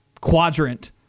quadrant